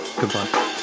Goodbye